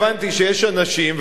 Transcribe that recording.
הבנתי שיש אנשים,